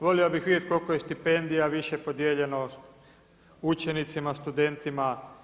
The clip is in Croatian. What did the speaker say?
Volio bih vidjeti koliko je stipendija više podijeljeno učenicima, studentima.